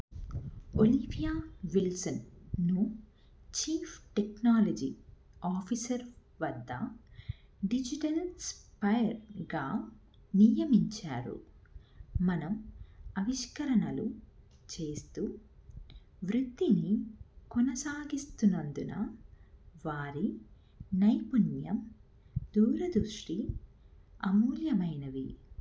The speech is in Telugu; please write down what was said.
ఒలీవియా విల్సన్ను చీఫ్ టెక్నాలజీ ఆఫీసర్ వద్ద డిజిటల్ స్పైర్గా నియమించారు మనం ఆవిష్కరణలు చేస్తు వృత్తిని కొనసాగిస్తునందున వారి నైపుణ్యం దూరదృష్టి అమూల్యమైనవి